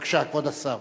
בבקשה, כבוד השר.